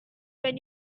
when